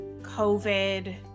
COVID